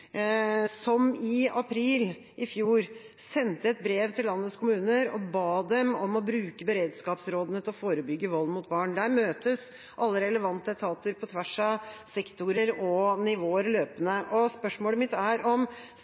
som i april i fjor sendte et brev til landets kommuner og ba dem om å bruke beredskapsrådene til å forebygge vold mot barn. Der møtes alle relevante etater på tvers av sektorer og nivåer løpende. Spørsmålet mitt er om